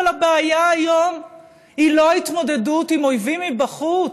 אבל הבעיה היום היא לא ההתמודדות עם אויבים מבחוץ.